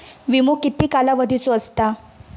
विमो किती कालावधीचो असता?